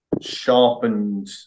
sharpened